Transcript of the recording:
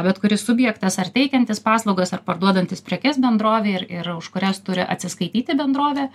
bet kuris subjektas ar teikiantis paslaugas ar parduodantis prekes bendrovei ir ir už kurias turi atsiskaityti bendrovė